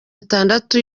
atandatu